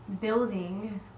building